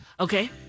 Okay